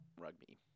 rugby